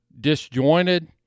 disjointed